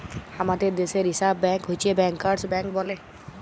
হামাদের দ্যাশে reserve bank হচ্ছ ব্যাংকার্স ব্যাঙ্ক বলে